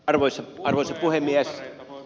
arvoisa puhemies